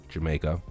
Jamaica